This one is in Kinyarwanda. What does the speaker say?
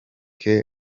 que